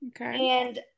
Okay